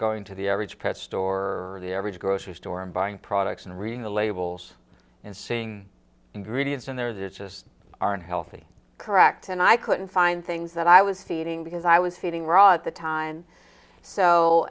going to the average pet store the average grocery store and buying products and reading the labels and seeing ingredients in there that just aren't healthy correct and i couldn't find things that i was feeding because i was feeding raw at the time so